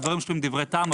הדברים שלו הם דברי טעם,